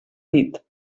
dit